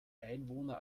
einwohner